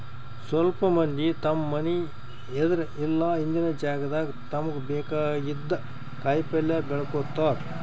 ಸ್ವಲ್ಪ್ ಮಂದಿ ತಮ್ಮ್ ಮನಿ ಎದ್ರ್ ಇಲ್ಲ ಹಿಂದಿನ್ ಜಾಗಾದಾಗ ತಮ್ಗ್ ಬೇಕಾಗಿದ್ದ್ ಕಾಯಿಪಲ್ಯ ಬೆಳ್ಕೋತಾರ್